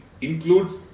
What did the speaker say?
includes